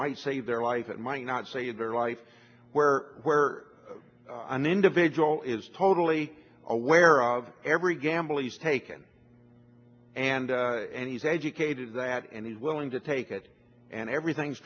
might save their life it might not say in their life where where an individual is totally aware of every gamble he's taken and he's educated that and he's willing to take it and everything's